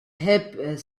hip